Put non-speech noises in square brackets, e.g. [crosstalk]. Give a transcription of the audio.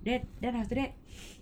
then then after that [breath]